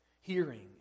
hearing